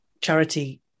charity